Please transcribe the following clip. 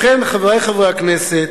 לכן, חברי חברי הכנסת,